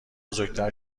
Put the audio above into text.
بزرگتر